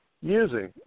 using